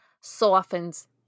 softens